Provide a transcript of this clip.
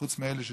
חוץ מאלה שתקפו,